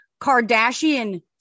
Kardashian